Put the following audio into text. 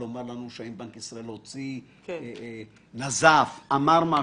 האם בנק ישראל נזף, אמר משהו?